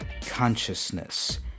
consciousness